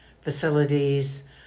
facilities